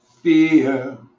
fear